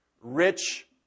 rich